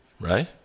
right